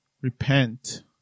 Repent